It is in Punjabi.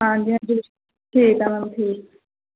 ਹਾਂਜੀ ਹਾਂਜੀ ਠੀਕ ਹੈ ਮੈਮ ਠੀਕ ਹੈ